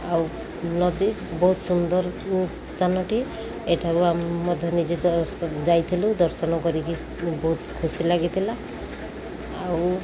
ଆଉ ନଦୀ ବହୁତ ସୁନ୍ଦର ସ୍ଥାନଟି ଏଠାରୁ ଆମ ମଧ୍ୟ ନିଜେ ଯାଇଥିଲୁ ଦର୍ଶନ କରିକି ବହୁତ ଖୁସି ଲାଗିଥିଲା ଆଉ